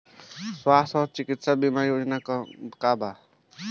स्वस्थ और चिकित्सा बीमा योजना का बा?